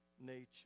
nature